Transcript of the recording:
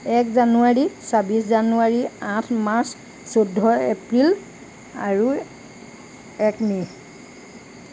এক জানুৱাৰী ছাব্বিছ জানুৱাৰী আঠ মাৰ্চ চৈধ্য এপ্ৰিল আৰু এক মে'